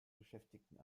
beschäftigten